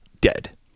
dead